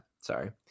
Sorry